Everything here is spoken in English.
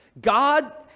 God